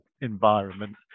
environment